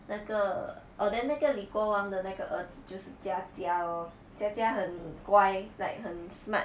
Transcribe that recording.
那个 err then 那个李国煌的那个儿子就是佳佳 lor 佳佳很乖 like 很 smart